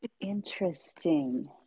Interesting